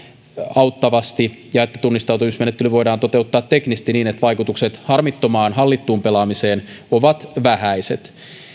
auttavasti ja että tunnistautumismenettely voidaan toteuttaa teknisesti niin että vaikutukset harmittomaan hallittuun pelaamiseen ovat vähäiset on myös